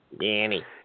Danny